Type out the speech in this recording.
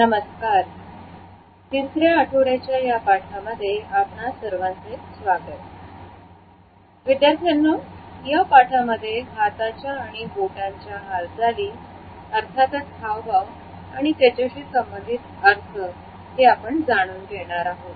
नमस्कार तिसरी आठवड्याच्या या पाठांमध्ये आपणा सर्वांचे स्वागत या पाठांमध्ये हातांच्या आणि बोटांच्या हालचाली अर्थातच हावभाव आणि त्याच्याशी संबंधित अर्थ हे आपण जाणून घेणार आहोत